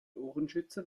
ohrenschützer